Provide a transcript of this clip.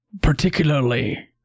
particularly